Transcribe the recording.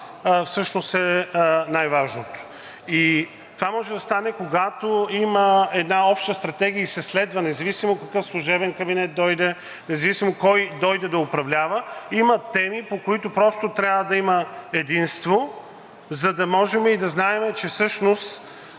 това е най-важното. Това може да стане, когато има една обща стратегия и се следва, независимо какъв служебен кабинет дойде, независимо кой дойде да управлява. Има теми, по които просто трябва да има единство, за да може и да знаем, че всъщност